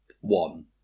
one